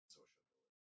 social